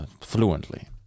fluently